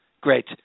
Great